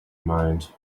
mind